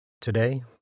Today